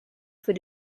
für